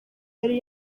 yari